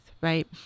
right